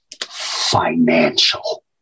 financial